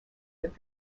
that